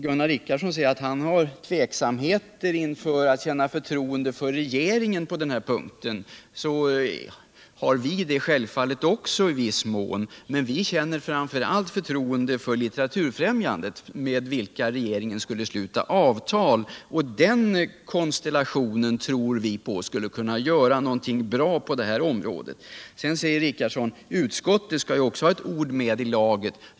Gunnar Richardson säger att han tvekar inför alt känna förtroende för regeringen på denna punkt, och även vi hyser i viss mån samma tveksamhet. Men vi känner framför allt förtroende för Litteraturfrämjandet, som regeringen skulle stuta avtal med. Den konstellationen tror vi skulle kunna åstadkomma någonting bra på detta område. Vidare framhåller Gunnar Richardson att utskottet skall ha ett ord med i laget.